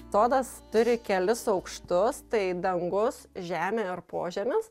sodas turi kelis aukštus tai dangus žemė ir požemis